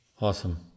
awesome